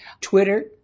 Twitter